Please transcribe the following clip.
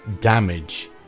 damage